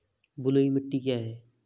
बलुई मिट्टी क्या है?